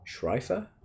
Schreifer